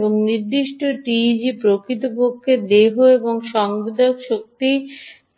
এবং এই নির্দিষ্ট টিইজি প্রকৃতপক্ষে দেহ এবং সংবেদক শক্তি